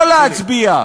לא להצביע,